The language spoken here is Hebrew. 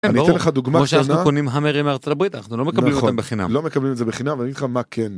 אני אתן לך דוגמא, כמו שאנחנו קונים המרים ארצות הברית אנחנו לא מקבלים אותם בחינם, נכון, לא מקבלים את זה בחינם ואני אגיד לך מה כן.